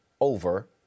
over